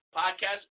podcast